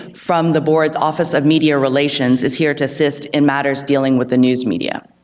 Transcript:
from the board's office of media relations, is here to assist in matters dealing with the news media.